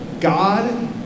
God